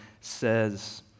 says